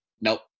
Nope